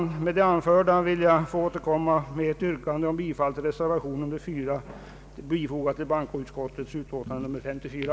Jag kommer, med stöd av vad jag nu anfört, senare att yrka bifall till reservation 4 a vid bankoutskottets utlåtande nr 54.